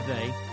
today